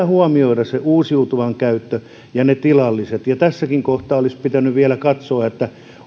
huomioida uusiutuvan käyttö ja ne tilalliset ja tässäkin kohtaa olisi pitänyt vielä katsoa